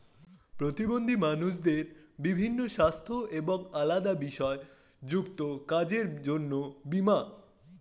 প্রতিবন্ধী মানুষদের বিভিন্ন সাস্থ্য এবং আলাদা বিষয় যুক্ত কাজের জন্য বীমা